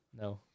No